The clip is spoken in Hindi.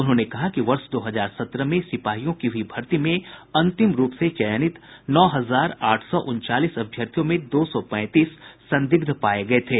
उन्होंने कहा कि वर्ष दो हजार सत्रह में सिपाहियों की हुई भर्ती में अंतिम रूप से चयनित नौ हजार आठ सौ उनचालीस अभ्यर्थियों में दो सौ पैंतीस संदिग्ध पाये गये थे